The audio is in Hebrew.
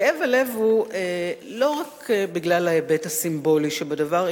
כאב הלב הוא לא רק בגלל ההיבט הסימבולי שבדבר,